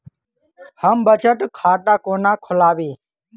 हम बचत खाता कोना खोलाबी?